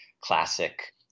classic